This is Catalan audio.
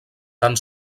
tan